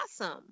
awesome